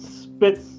spits